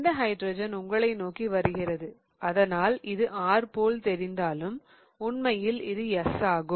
இந்த ஹைட்ரஜன் உங்களை நோக்கி வருகிறது அதனால் இது R போல் தெரிந்தாலும் உண்மையில் இது S ஆகும்